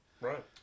Right